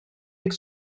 deg